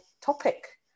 topic